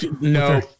no